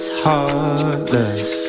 heartless